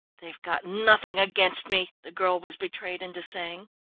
they've got nothing against me, the girl was betrayed into saying.